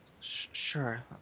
Sure